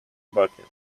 bucket